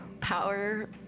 power